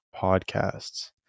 podcasts